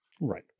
Right